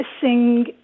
sing